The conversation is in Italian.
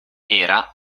era